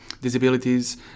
disabilities